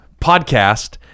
Podcast